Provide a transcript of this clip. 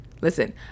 Listen